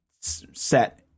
set